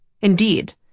Indeed